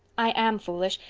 i am foolish.